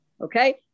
okay